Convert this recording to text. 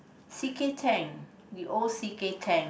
c_kTang the old c_kTang